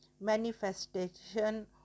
manifestation